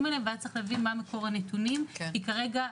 עליהם וצריך להבין מה מקור הנתונים כי כרגע,